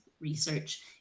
research